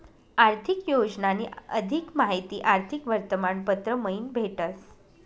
आर्थिक योजनानी अधिक माहिती आर्थिक वर्तमानपत्र मयीन भेटस